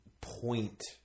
point